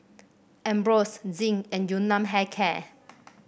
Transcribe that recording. Ambros Zinc and Yun Nam Hair Care